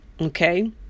Okay